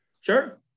Sure